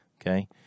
okay